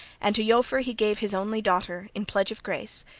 and to eofor he gave his only daughter in pledge of grace,